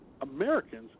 Americans